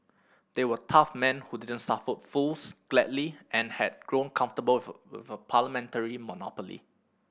they were tough men who didn't suffer fools gladly and had grown comfortable with with a parliamentary monopoly